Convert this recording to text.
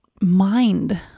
mind